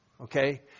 Okay